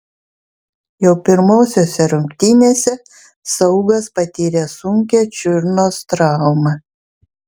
jau pirmosiose rungtynėse saugas patyrė sunkią čiurnos traumą